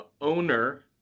owner